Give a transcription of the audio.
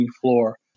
floor